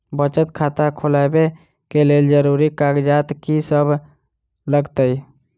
बचत खाता खोलाबै कऽ लेल जरूरी कागजात की सब लगतइ?